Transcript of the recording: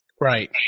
Right